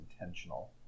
intentional